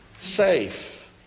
safe